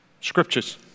scriptures